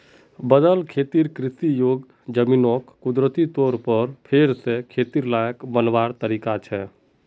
बदल खेतिर कृषि योग्य ज़मीनोक कुदरती तौर पर फेर से खेतिर लायक बनवार तरीका छे